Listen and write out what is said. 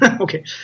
Okay